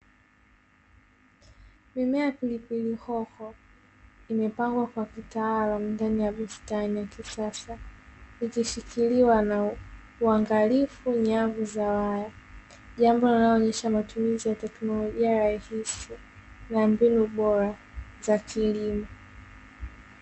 Mimea ya pilipili hoho imepangwa kwa kitaalamu ndani ya bustani ya kisasa ikishikiliwa na uangalifu nyavu za waya, jambo linalo onyesha matumizi ya teknolojia rahisi na mbinu bora za kilimo.